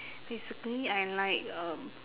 basically I like um